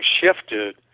shifted